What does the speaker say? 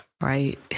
right